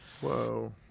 whoa